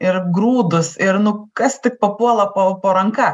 ir grūdus ir nu kas tik papuola po po ranka